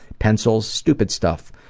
pencils, stupid stuff.